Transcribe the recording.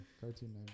Cartoon